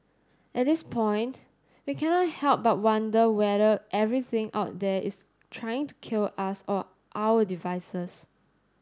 at this point we cannot help but wonder whether everything out there is trying to kill us or our devices